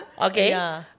Okay